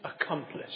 accomplished